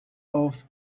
auf